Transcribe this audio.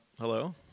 Hello